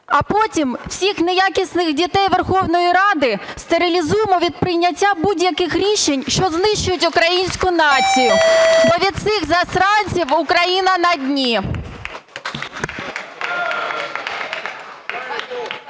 а потім всіх неякісних дітей Верховної Ради стерилізуємо від прийняття будь-яких рішень, що знищують українську націю, бо від цих засранців Україна на дні.